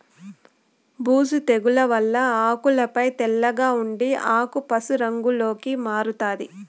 బూజు తెగుల వల్ల ఆకులపై తెల్లగా ఉండి ఆకు పశు రంగులోకి మారుతాది